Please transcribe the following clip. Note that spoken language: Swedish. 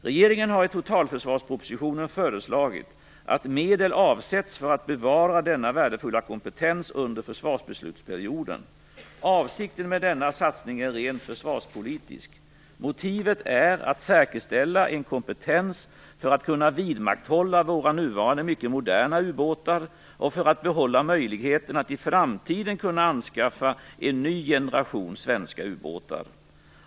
Regeringen har i totalförsvarspropositionen föreslagit att medel avsätts för att bevara denna värdefulla kompetens under försvarsbeslutsperioden. Avsikten med denna satsning är rent försvarspolitisk. Motivet är att säkerställa en kompetens för att kunna vidmakthålla våra nuvarande mycket moderna ubåtar och för att behålla möjligheten att i framtiden kunna anskaffa en ny generation svenska ubåtar.